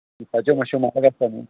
दिसाचे मात्शे म्हारग आसता न्हू